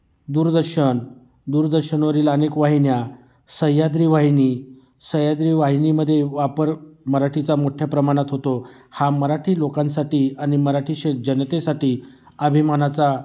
दूरदर्शन दूरदर्शनवरील अनेक वाहिन्या सह्याद्री वाहिनी सह्याद्री वाहिनीमध्ये वापर मराठीचा मोठ्या प्रमाणात होतो हा मराठी लोकांसाठी आणि मराठी श जनतेसाठी अभिमानाचा